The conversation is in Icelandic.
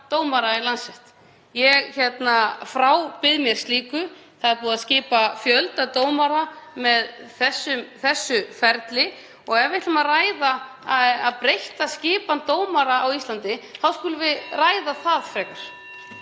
dómara í Landsrétt. Ég frábið mér slíkt. Það er búið að skipa fjölda dómara með þessu ferli og ef við ætlum að ræða breytta skipan dómara á Íslandi þá skulum við frekar